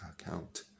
account